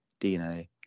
DNA